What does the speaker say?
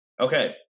Okay